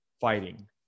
fighting